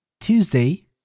Tuesday